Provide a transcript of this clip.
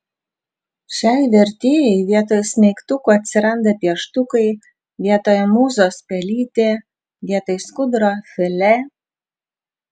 šiai vertėjai vietoj smeigtukų atsiranda pieštukai vietoj mūzos pelytė vietoj skuduro filė